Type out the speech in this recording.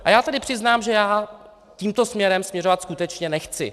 A já tady přiznám, že tímto směrem směřovat skutečně nechci.